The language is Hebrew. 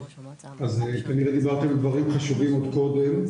אז כנראה דיברתי על הרבה דברים חשובים עוד קודם.